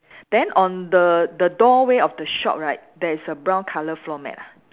then on the the doorway of the shop right there is a brown colour floor mat ah